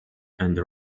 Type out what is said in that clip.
and